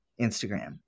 Instagram